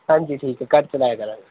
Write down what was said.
ਹਾਂਜੀ ਠੀਕ ਆ ਘੱਟ ਚਲਾਇਆ ਕਰਾਂਗਾ